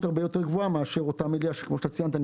הרבה יותר גבוהה מאשר אותה מליאה שכמו שציינת,